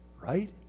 right